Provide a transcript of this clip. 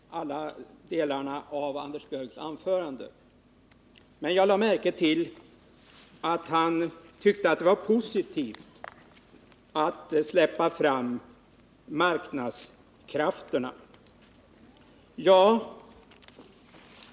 Herr talman! Jag kan inte delta i debatten när det gäller alla delar av Anders Björcks anförande. Men jag lade märke till att han tyckte att det var positivt att släppa fram marknadskrafterna.